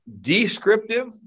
descriptive